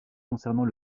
concernant